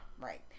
right